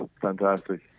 fantastic